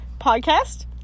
podcast